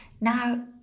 Now